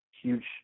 Huge